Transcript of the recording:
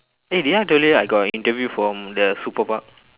eh did I told you I got the interview from the super park